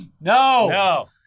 No